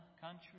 country